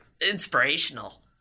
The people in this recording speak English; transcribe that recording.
inspirational